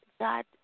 God